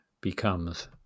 becomes